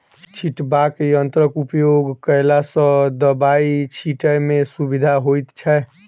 छिटबाक यंत्रक उपयोग कयला सॅ दबाई छिटै मे सुविधा होइत छै